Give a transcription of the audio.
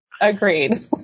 Agreed